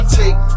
take